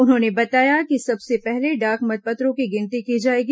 उन्होंने बताया कि सबसे पहले डाक मतपत्रों की गिनती की जाएगी